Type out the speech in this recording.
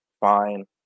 Fine